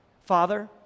Father